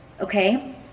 okay